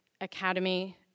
Academy